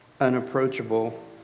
unapproachable